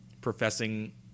professing